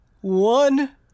One